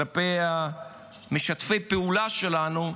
כלפי משתפי פעולה איתנו,